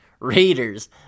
Raiders